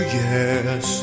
yes